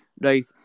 Right